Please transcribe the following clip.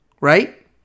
Right